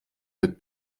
mit